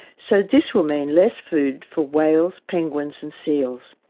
so this will mean less food for whales, penguins and seals.